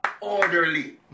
orderly